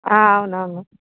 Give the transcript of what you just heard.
అవునవును